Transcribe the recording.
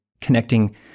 connecting